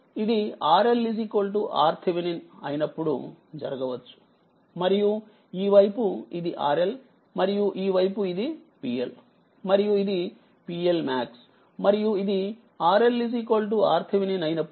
ఇది RLRTh అయినప్పుడు జరగవచ్చుమరియుఈ వైపు ఇదిRL మరియుఈ వైపు ఇది PL మరియు ఇది PLmax మరియు ఇది RLRTh అయినప్పుడు